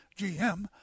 GM